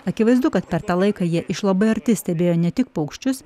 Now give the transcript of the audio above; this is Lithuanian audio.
akivaizdu kad per tą laiką jie iš labai arti stebėjo ne tik paukščius